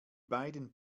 beiden